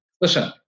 listen